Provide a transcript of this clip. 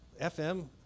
FM